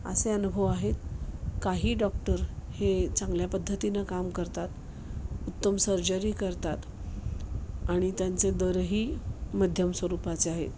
असे अनुभव आहेत काही डॉक्टर हे चांगल्या पद्धतीनं काम करतात उत्तम सर्जरी करतात आणि त्यांचे दरही मध्यम स्वरूपाचे आहेत